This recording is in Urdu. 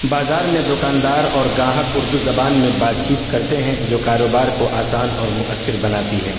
بازار میں دکاندار اور گاہک اردو زبان میں بات چیت کرتے ہیں جو کاروبار کو آسان اور مؤثر بناتی ہے